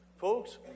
Folks